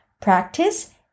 practice